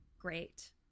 great